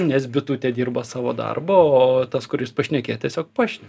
nes bitutė dirba savo darbą o tas kuris pašnekėt tiesiog pašne